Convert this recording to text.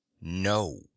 no